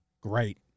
Great